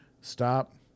stop